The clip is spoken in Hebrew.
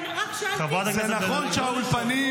אבל רק שאלתי --- חברת הכנסת בן ארי,